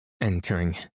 entering